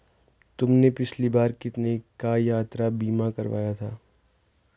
तुमने पिछली बार कितने का यात्रा बीमा करवाया था?